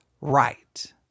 right